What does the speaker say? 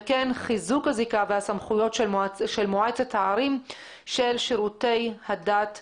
וכן חיזוק הזיקה והסמכויות של מועצת הערים של שרותי הדת המקומיים.